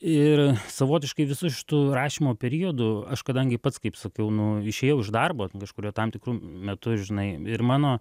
ir savotiškai visu šitu rašymo periodu aš kadangi pats kaip sakiau nu išėjau iš darbo ten kažkurio tam tikru metu žinai ir mano